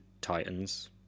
Titans